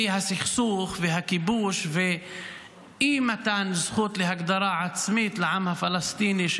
והיא הסכסוך והכיבוש ואי-מתן זכות להגדרה עצמית לעם הפלסטיני,